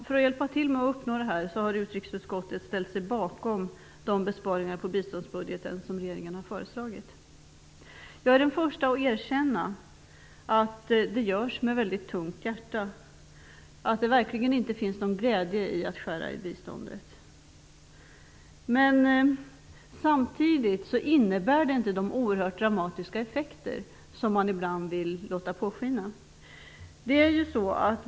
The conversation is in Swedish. För att hjälpa till med att uppnå detta har utrikesutskottet ställt sig bakom de besparingar på biståndsbudgeten som regeringen har föreslagit. Jag är den första att erkänna att det görs med mycket tungt hjärta och att det verkligen inte är någon glädje att skära i biståndet. Men samtidigt innebär det inte de oerhört dramatiska effekter som man ibland vill låta påskina.